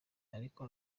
ariko